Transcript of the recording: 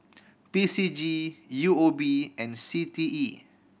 P C G U O B and C T E